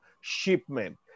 shipment